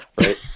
right